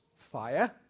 fire